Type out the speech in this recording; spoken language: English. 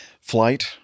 flight